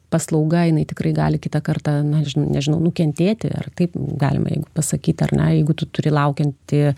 paslauga jinai tikrai gali kitą kartą na žinai nežinau nukentėti ar kaip galima jeigu pasakyti ar ne jeigu tu turi laukiantį